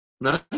no